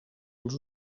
els